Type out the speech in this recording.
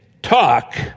talk